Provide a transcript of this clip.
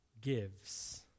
gives